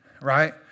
Right